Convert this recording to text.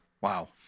Wow